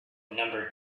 number